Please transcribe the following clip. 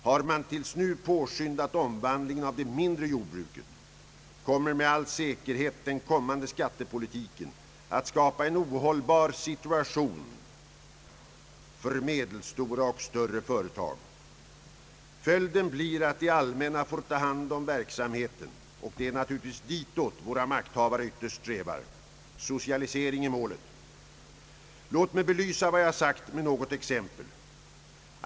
Har man tills nu påskyndat omvandlingen av det mindre jordbruket, kommer med all säkerhet den blivande skattepolitiken att skapa en ohållbar situation även för medelstora och större företag. Följden blir att det allmänna får ta hand om verksamheten, och det är naturligtvis dit våra makthavande ytterst strävar. Socialisering är målet. Låt mig belysa vad jag sagt med något exempel.